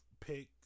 pick